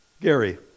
Gary